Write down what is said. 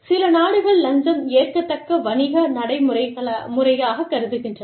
சில நாடுகள் லஞ்சம் ஏற்கத்தக்க வணிக நடைமுறையாகக் கருதுகின்றன